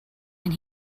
and